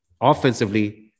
offensively